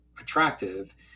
attractive